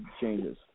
changes